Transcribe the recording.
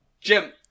Jim